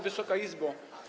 Wysoka Izbo!